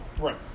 Right